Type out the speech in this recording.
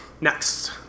next